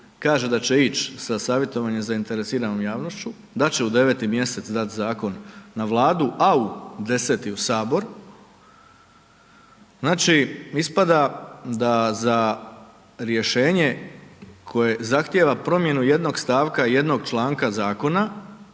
kaže da ić sa savjetovanjem zainteresiranom javnošću da će u 9. mj. dat zakon na Vladu a u 10. u Sabor, znači ispada da za rješenje koje zahtjeva promjenu jednog stavka jednog članka zakona